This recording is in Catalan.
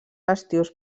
estius